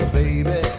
baby